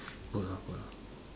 put lah put lah